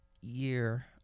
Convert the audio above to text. year